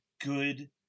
good